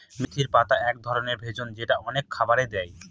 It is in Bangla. মেথির পাতা এক ধরনের ভেষজ যেটা অনেক খাবারে দেয়